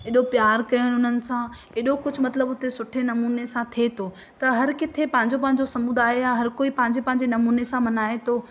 एॾो प्यारु कयो उन्हनि सांं एॾो कुझु मतिलबु हुते सुठे नमूने सां थिए थो त हर किथे पंहिंजो पंहिंजो समुदाय आहे हर कोई पंहिंजे पंहिंजे नमूने सां मञाए थो